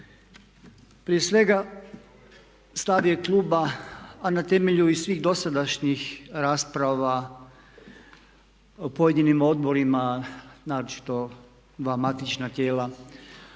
Prije svega stav je kluba, a na temelju i svih dosadašnjih rasprava po pojedinim odborima naročito dva matična tijela,